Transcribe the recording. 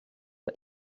for